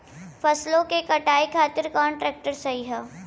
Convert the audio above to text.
फसलों के कटाई खातिर कौन ट्रैक्टर सही ह?